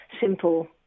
simple